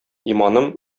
иманым